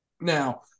Now